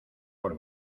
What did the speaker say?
por